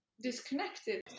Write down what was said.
disconnected